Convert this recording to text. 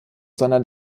sondern